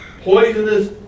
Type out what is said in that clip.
poisonous